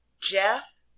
Jeff